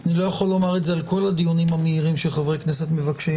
אני לא יכול לומר את זה על כל הדיונים המהירים שחברי הכנסת מבקשים,